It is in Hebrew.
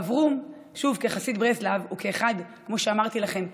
אברום, שוב, כחסיד ברסלאו וכאחד, כמו שאמרתי לכם,